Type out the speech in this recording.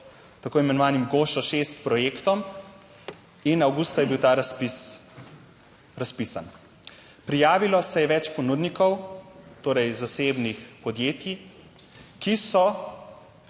tako imenovanim Gošo6 projektom in avgusta je bil ta razpis razpisan. Prijavilo se je več ponudnikov, torej zasebnih podjetij, ki so